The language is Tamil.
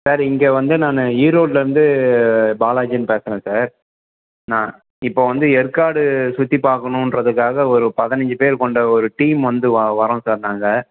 சார் இங்கே வந்து நான் ஈரோடுல இருந்து பாலாஜின்னு பேசுகிறன் சார் நான் இப்போ வந்து ஏற்காடு சுற்றி பார்க்கணுன்றதுக்காக ஒரு பதினஞ்சு பேர் கொண்ட ஒரு டீம் வந்து வரோம் சார் நாங்கள்